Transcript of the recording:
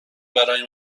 برای